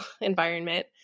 environment